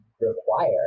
require